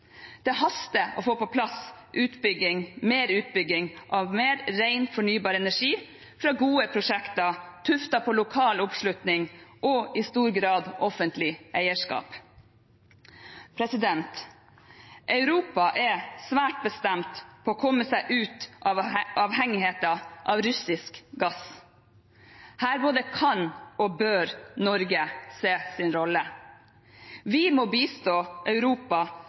Det haster å få på plass mer utbygging av mer ren, fornybar energi fra gode prosjekter tuftet på lokal oppslutning og i stor grad offentlig eierskap. Europa er svært bestemt på å komme seg ut av avhengigheten av russisk gass. Her både kan og bør Norge se sin rolle. Vi må bistå Europa,